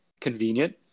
Convenient